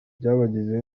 byabagizeho